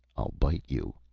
i'll bite you!